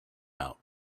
out